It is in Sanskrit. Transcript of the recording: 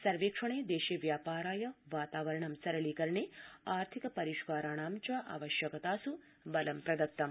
सर्वेक्षण देशे व्यापाराय वातावरण सरलीकरणे आर्थिक परिष्काराणाम च आवश्यकतासु बलं प्रदत्तमु